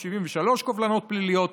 73 קובלנות פליליות.